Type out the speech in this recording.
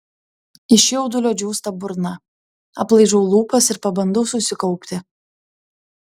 iš jaudulio džiūsta burna aplaižau lūpas ir pabandau susikaupti